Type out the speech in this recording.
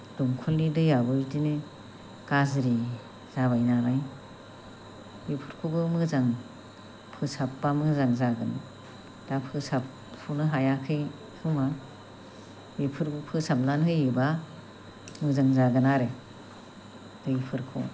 दंखलनि दैयाबो बिदिनो गाज्रि जाबाय नालाय बेफोरखौबो मोजां फोसाबबा मोजां जागोन दा फोसाबथ'नो हायाखै खोमा बेफोरखौ फोसाबनानै होयोब्ला मोजां जागोन आरो दैफोरखौ